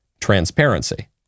transparency